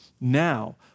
now